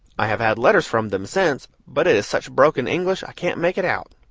i have had letters from them since, but it is such broken english i can't make it out.